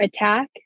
attack